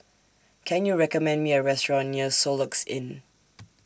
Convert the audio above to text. Can YOU recommend Me A Restaurant near Soluxe Inn